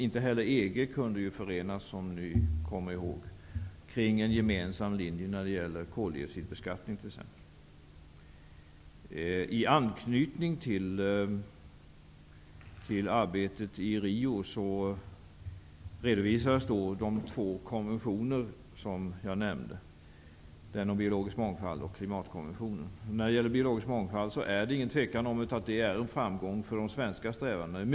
Inte heller EG kunde förenas, som ni kommer ihåg, kring en gemensam linje när det gäller t.ex. koldioxidbeskattningen. I anknytning till arbetet i Rio redovisas de två konventioner som jag nämnde, dvs. konventionen om biologisk mångfald och klimatkonventionen. När det gäller konventionen om den biologiska mångfalden råder det inget tvivel om att denna är en framgång för de svenska strävandena.